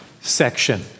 section